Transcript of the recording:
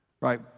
right